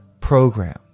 program